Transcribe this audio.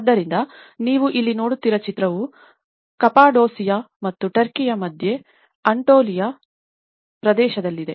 ಆದ್ದರಿಂದ ನೀವು ಇಲ್ಲಿ ನೋಡುತ್ತಿರುವ ಚಿತ್ರವು ಕಪಾಡೋಸಿಯಾ ಮತ್ತು ಟರ್ಕಿಯ ಮಧ್ಯ ಆಂಟೋಲಿಯನ್ ಪ್ರದೇಶದಲ್ಲಿದೆ